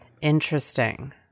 Interesting